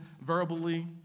verbally